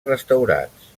restaurats